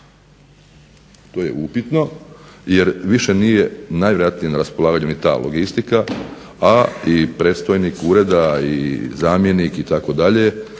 To je upitno jer više nije najvjerojatnije na raspolaganju ni ta logistika, a i predstojnik ureda i zamjenik itd.,